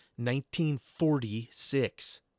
1946